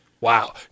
wow